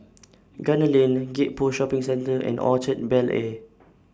Gunner Lane Gek Poh Shopping Centre and Orchard Bel Air